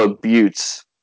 Buttes